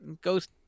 ghost